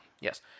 Yes